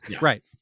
right